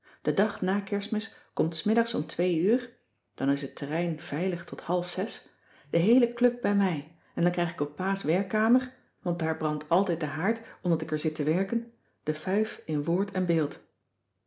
den dag na kerstmis komt s middags om twee uur dan is het terrein veilig tot half zes de heele club bij mij en dan krijg ik op pa's werkkamer want daar brandt altijd de haard omdat ik er zit te werken de fuif in woord en beeld